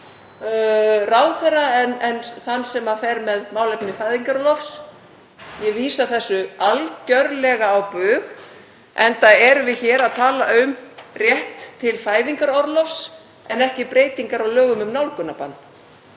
en þann sem fer með málefni fæðingarorlofs. Ég vísa þessu algjörlega á bug enda erum við hér að tala um rétt til fæðingarorlofs en ekki breytingar á lögum um nálgunarbann.